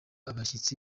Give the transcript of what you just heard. abashyitsi